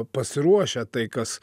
pasiruošę tai kas